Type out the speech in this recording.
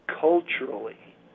culturally